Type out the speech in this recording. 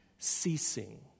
ceasing